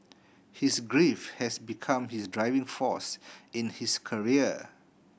his grief had become his driving force in his career